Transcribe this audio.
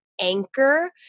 anchor